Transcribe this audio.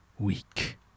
Weak